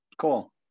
Cool